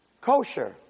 kosher